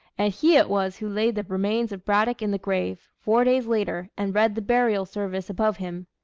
and he it was who laid the remains of braddock in the grave, four days later, and read the burial service above him.